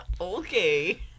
Okay